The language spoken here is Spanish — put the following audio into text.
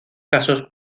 casos